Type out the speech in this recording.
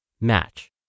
match